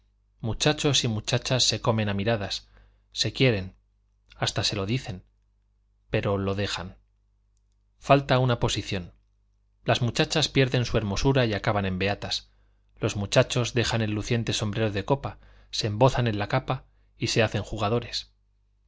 muchachos y muchachas se comen a miradas se quieren hasta se lo dicen pero lo dejan falta una posición las muchachas pierden su hermosura y acaban en beatas los muchachos dejan el luciente sombrero de copa se embozan en la capa y se hacen jugadores